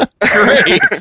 Great